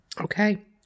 Okay